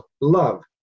love